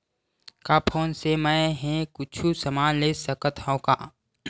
का फोन से मै हे कुछु समान ले सकत हाव का?